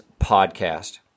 podcast